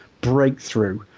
breakthrough